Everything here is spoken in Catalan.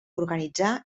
organitzar